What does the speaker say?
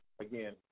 again